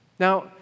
Now